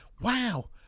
wow